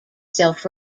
self